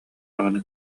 даҕаны